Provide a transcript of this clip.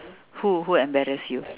who who embarrass you